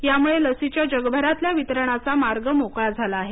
यामुळं या लशीच्या जगभरातल्या वितरणाचा मार्ग मोकळा झाला आहे